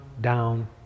down